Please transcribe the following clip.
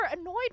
annoyed